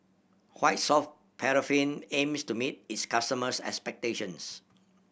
White Soft Paraffin aims to meet its customers' expectations